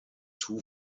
two